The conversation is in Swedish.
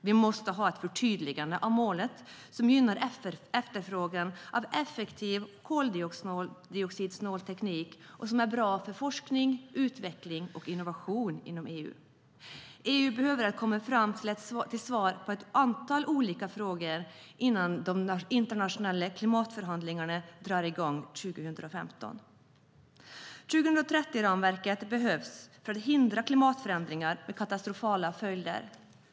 Vi måste ha ett förtydligande av målen som gynnar efterfrågan på effektiv och koldioxidsnål teknik och som är bra för forskning, utveckling och innovation inom EU. EU behöver komma fram till svar på ett antal olika frågor innan de internationella klimatförhandlingarna drar i gång 2015. 2030-ramverket behövs för att hindra klimatförändringar med katastrofala följder.